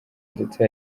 ndetse